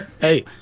Hey